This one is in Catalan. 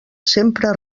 sempre